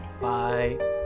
Bye